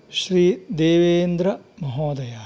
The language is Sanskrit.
श्री देवेन्द्र महोदयः